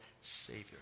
Savior